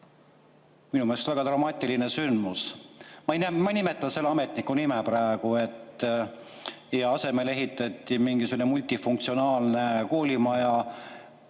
Minu meelest väga dramaatiline sündmus. Ma ei nimeta selle ametniku nime praegu. Ja asemele ehitati mingisugune multifunktsionaalne koolimaja,